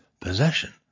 possession